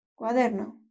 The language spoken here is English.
Cuaderno